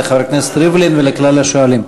לחבר הכנסת ריבלין ולכלל השואלים.